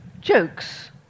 jokes